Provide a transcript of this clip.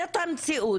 זאת המציאות.